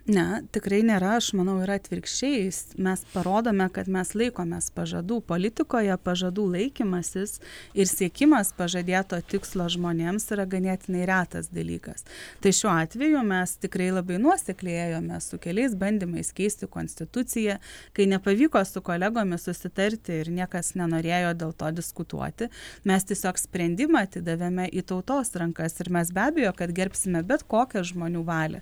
ne tikrai nėra aš manau yra atvirkščiai jis mes parodome kad mes laikomės pažadų politikoje pažadų laikymasis ir siekimas pažadėto tikslo žmonėms yra ganėtinai retas dalykas tai šiuo atveju mes tikrai labai nuosekliai ėjome su keliais bandymais keisti konstituciją kai nepavyko su kolegomis susitarti ir niekas nenorėjo dėl to diskutuoti mes tiesiog sprendimą atidavėme į tautos rankas ir mes be abejo kad gerbsime bet kokią žmonių valią